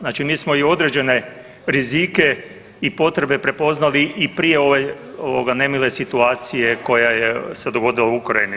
Znači mi smo i određene rizike i potrebe prepoznali i prije ove ovoga nemile situacije koja je se dogodila u Ukrajini.